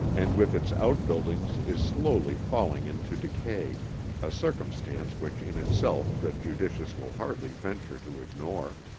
and with its outbuildings is slowly falling into decay a circumstance which in itself the judicious will hardly venture to ignore.